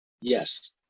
Yes